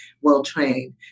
well-trained